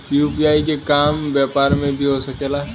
UPI के काम व्यापार में भी हो सके ला?